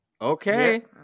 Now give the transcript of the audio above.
Okay